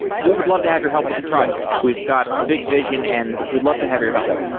we would love to have your help with the project. we've got a big vision and would love to have your help.